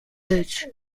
age